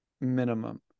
minimum